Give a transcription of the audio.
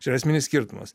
čia esminis skirtumas